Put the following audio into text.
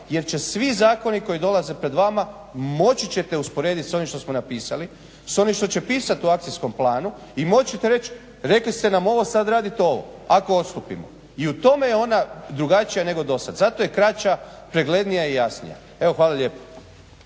jer će svi zakoni koji dolaze pred vama moći ćete usporediti sa ovim što smo napisali, sa onim što će pisat u akcijskom planu i moći ćete reći rekli ste nam ovo, sad radite ovo ako odstupimo. i u tome je ona drugačija nego do sad. Zato je kraća, preglednija i jasnija. Evo hvala lijepo.